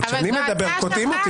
אבל כשאני מדבר קוטעים אותי.